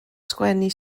sgwennu